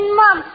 mom